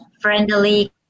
friendly